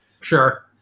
Sure